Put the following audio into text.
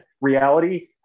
reality